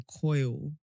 coil